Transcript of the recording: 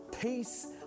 peace